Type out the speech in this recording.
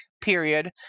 period